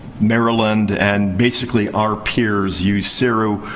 maryland, and basically our peers use seru.